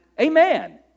Amen